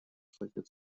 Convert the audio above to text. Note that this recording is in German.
strecke